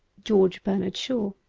george bernard, shazo.